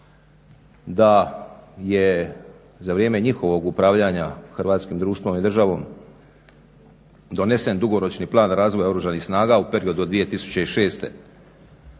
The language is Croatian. da je za vrijeme njihovog upravljanja hrvatskim društvom i državom donesen dugoročni plan razvoja Oružanih snaga u periodu od 2006.